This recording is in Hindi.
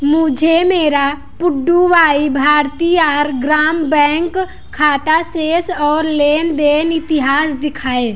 मुझे मेरा पुड्डूवाई भारती आर ग्राम बैंक खाता शेष और लेन देन इतिहास दिखाएँ